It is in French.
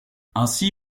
ainsi